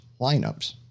lineups